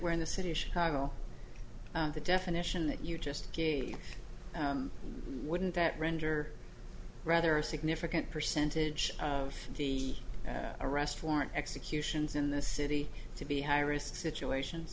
we're in the city of chicago the definition that you just game wouldn't that render rather a significant percentage of the arrest warrant executions in the city to be high risk situations